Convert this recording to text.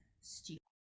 Stupid